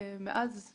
שמאז